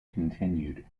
continued